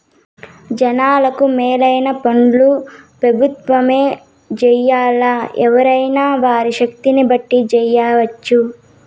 జనాలకు మేలైన పన్లు పెబుత్వమే జెయ్యాల్లా, ఎవ్వురైనా వారి శక్తిని బట్టి జెయ్యెచ్చు